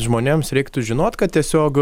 žmonėms reiktų žinot kad tiesiog